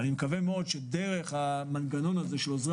אני מקווה שדרך המנגנון הזה של עוזרי